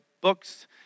books